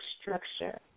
structure